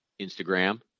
Instagram